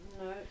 No